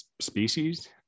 species